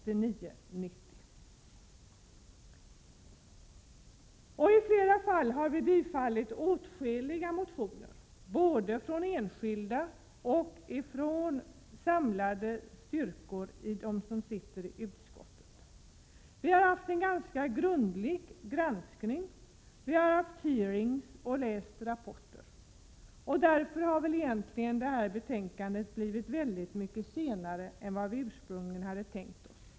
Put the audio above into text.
I flera fall har vi tillstyrkt åtskilliga motioner både från enskilda ledamöter och från samlade styrkor bland utskottets ledamöter. Vi har gjort en ganska grundlig granskning. Vi har haft utfrågningar och har läst rapporter, och därför har betänkandet lagts fram mycket senare än vad vi ursprungligen hade tänkt oss.